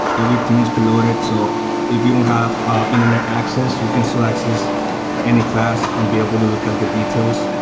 everything is preloaded. so if you don't have internet access you can still access any class and be able to look at the details.